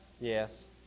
Yes